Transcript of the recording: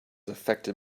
affected